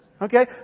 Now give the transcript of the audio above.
Okay